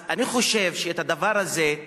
אז אני חושב שהדבר הזה,